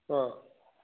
ꯑꯥ